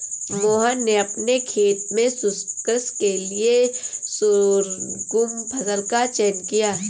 मोहन ने अपने खेत में शुष्क कृषि के लिए शोरगुम फसल का चयन किया है